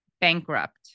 bankrupt